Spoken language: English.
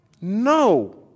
No